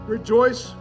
Rejoice